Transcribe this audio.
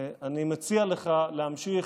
אני מציע לך להמשיך,